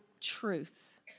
truth